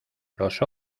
los